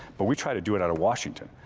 but we try to do it out of washington.